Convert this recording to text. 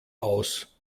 aus